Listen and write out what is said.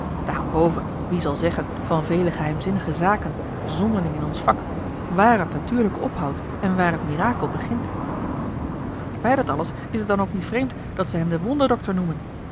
daarenboven wie zal zeggen van vele geheimzinnige zaken zonderling in ons vak waar het natuurlijke ophoudt en waar het mirakel begint bij dat alles is het dan ook niet vreemd dat ze hem den wonderdokter noemen